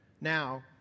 Now